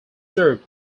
served